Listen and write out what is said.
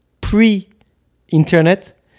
pre-internet